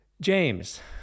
james